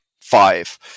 Five